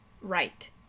Right